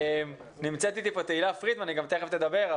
נמצאת פה תהלה פרידמן, היא תיכף תדבר.